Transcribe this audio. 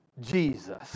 Jesus